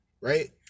right